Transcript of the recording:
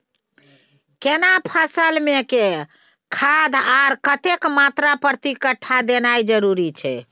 केना फसल मे के खाद आर कतेक मात्रा प्रति कट्ठा देनाय जरूरी छै?